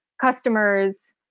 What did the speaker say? customers